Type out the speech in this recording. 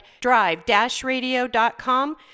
drive-radio.com